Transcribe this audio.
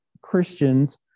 Christians